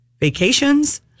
vacations